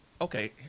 Okay